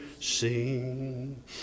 sing